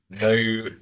no